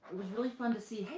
was really fun to see,